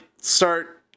start